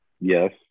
Yes